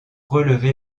relever